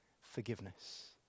forgiveness